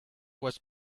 was